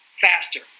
faster